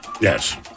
Yes